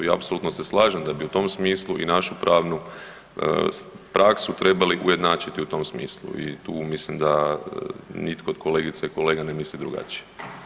I apsolutno se slažem da bi u tom smislu i našu pravnu praksu trebali ujednačiti u tom smislu i tu mislim da nitko od kolegica i kolega na misli drugačije.